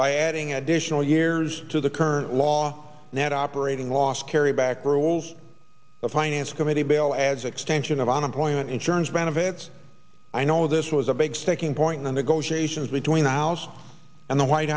by adding additional years to the current law net operating loss carry back rules of finance committee bill as extension of unemployment insurance benefits i know this it was a big sticking point in the negotiations between the house and the white